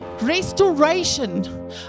Restoration